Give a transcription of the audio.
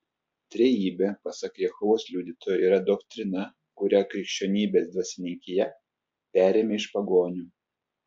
trejybė pasak jehovos liudytojų yra doktrina kurią krikščionybės dvasininkija perėmė iš pagonių